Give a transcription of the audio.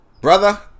Brother